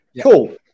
cool